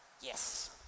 Yes